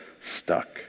stuck